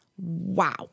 Wow